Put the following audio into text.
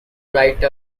write